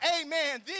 amen